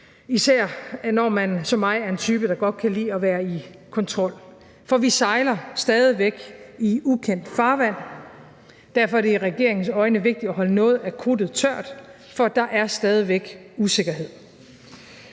især når man som mig er en type, der godt kan lide at være i kontrol. For vi sejler stadig væk i ukendt farvand, og derfor er det i regeringens øjne vigtigt at holde noget af krudtet tørt, for der er stadig væk usikkerhed.